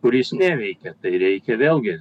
kuris neveikia tai reikia vėlgi